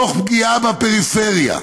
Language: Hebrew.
תוך פגיעה בפריפריה.